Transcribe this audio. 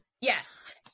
Yes